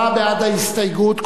עשרה בעד ההסתייגות,